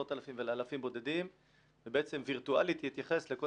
עשרות אלפים ואלפים בודדים ובעצם וירטואלית להתייחס לכל